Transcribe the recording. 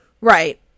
Right